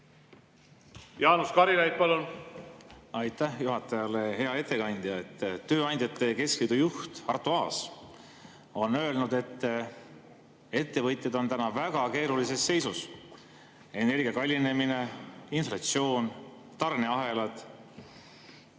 ju selgemaks. Aitäh juhatajale! Hea ettekandja! Tööandjate keskliidu juht Arto Aas on öelnud, et ettevõtjad on täna väga keerulises seisus. Energia kallinemine, inflatsioon, tarneahelad,